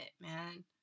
man